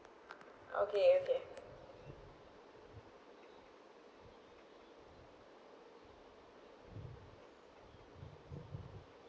okay okay